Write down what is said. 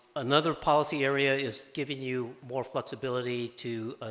another policy area is giving you more flux ability to